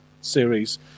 series